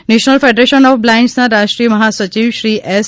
national federation of બ્લાઇન્ડના રાષ્ટ્રીય મહા સચિવ શ્રી એસ